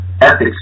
ethics